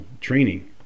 training